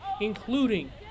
including